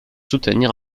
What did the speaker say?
soutenir